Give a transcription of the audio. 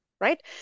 right